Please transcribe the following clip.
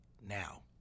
now